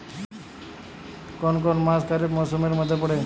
কোন কোন মাস খরিফ মরসুমের মধ্যে পড়ে?